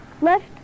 left